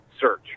search